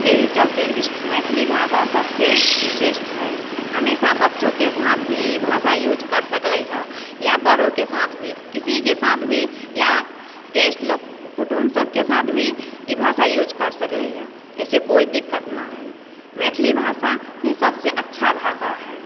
एहि चलते मैथिली भाषा सबसँ विशिष्ट हैय हमेशा बच्चोके साथ भी ई भाषा यूज कऽ सकलै हँ या बड़ोके साथ भी किसी व्यक्तिके साथ भी या गेस्ट लोक कुटुम्ब लोककेँ साथ भी ई भाषा यूज कर सकलै हँ ऐसे कोई दिक्कत नहि हैय मैथिली भाषा ही सबसे अच्छा भाषा हैय